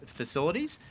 facilities